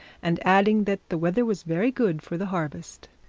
and adding that the weather was very good for the harvest.